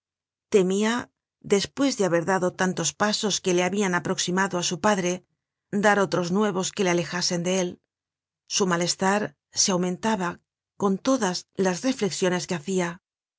temia despues de haber dado tantos pasos que lé habian aproximado á su padre dar otros nuevos que le alejasen de él su malestar se aumentaba con todas las reflexiones que hacia